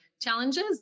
challenges